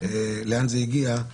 לאן זה הגיע,